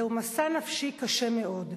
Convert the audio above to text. זהו משא נפשי קשה מאוד.